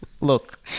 Look